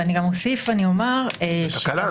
אני גם אוסיף ואומר -- זאת תקלה.